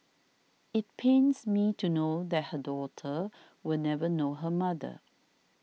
it pains me to know that her daughter will never know her mother